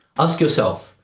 ask yourself,